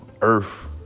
earth